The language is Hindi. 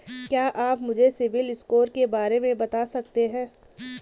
क्या आप मुझे सिबिल स्कोर के बारे में बता सकते हैं?